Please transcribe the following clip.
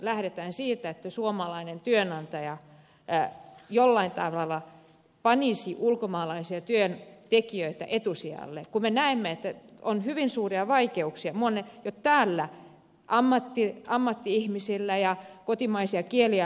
lähdetään siitä että suomalainen työnantaja jollain tavalla panisi ulkomaalaiset työntekijät etusijalle vaikka me näemme että jo täällä ammatti ihmisillä ja kotimaisia kieliä hallitsevilla on hyvin suuria vaikeuksia saada työtä